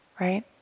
right